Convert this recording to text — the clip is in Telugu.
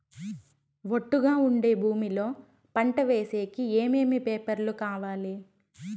ఒట్టుగా ఉండే భూమి లో పంట వేసేకి ఏమేమి పేపర్లు కావాలి?